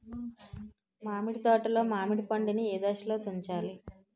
మామిడి తోటలో మామిడి పండు నీ ఏదశలో తుంచాలి?